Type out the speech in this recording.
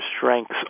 strengths